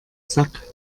sack